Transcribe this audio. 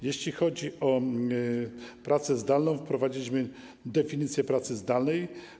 Jeśli chodzi o pracę zdalną, wprowadziliśmy definicję pracy zdalnej.